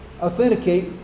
authenticate